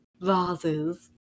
Vases